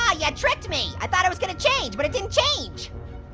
ah yeah tricked me. i thought it was gonna change, but it didn't change.